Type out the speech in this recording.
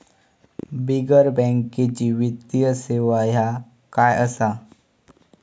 बिगर बँकेची वित्तीय सेवा ह्या काय असा?